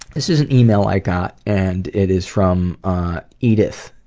this is an email i got, and it is from edith,